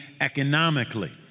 economically